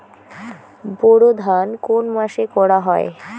বোরো ধান কোন মাসে করা হয়?